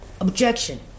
Objection